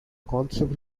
constable